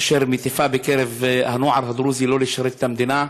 אשר מטיפה בקרב הנוער הדרוזי שלא לשרת את המדינה.